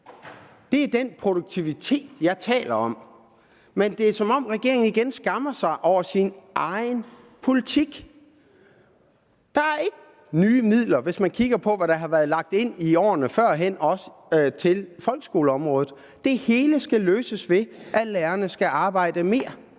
Det er den produktivitet, jeg taler om. Men igen: Det er, som om regeringen skammer sig over sin egen politik. Der er ikke nye midler, kan man se, hvis man kigger på, hvad der i årene forud har været lagt ind af midler til folkeskoleområdet. Det hele skal løses, ved at lærerne skal arbejde mere.